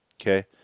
okay